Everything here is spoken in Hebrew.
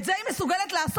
את זה היא מסוגלת לעשות?